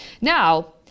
Now